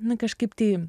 nu kažkaip tai